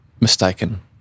mistaken